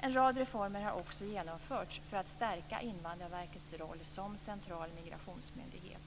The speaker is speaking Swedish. En rad reformer har också genomförts för att stärka Invandrarverkets roll som central migrationsmyndighet.